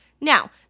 Now